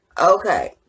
Okay